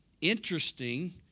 interesting